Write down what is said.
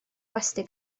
gwesty